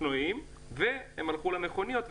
אופנועים והם הלכו למכוניות,